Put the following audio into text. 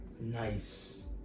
Nice